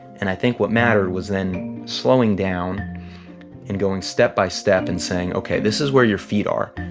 and i think what mattered was then slowing down and going step by step and saying, ok, this is where your feet are.